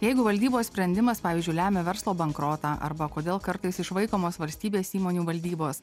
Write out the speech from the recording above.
jeigu valdybos sprendimas pavyzdžiui lemia verslo bankrotą arba kodėl kartais išvaikomos valstybės įmonių valdybos